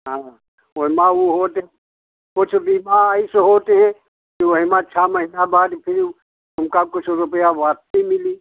हाँ ओय में उ कुछ बीमा ऐसे होता है जो ओय में छः महीना बाद फिर तुमको कुछ रुपये वापस मिलेंगे